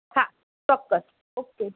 હા ચોક્કસ ઓકે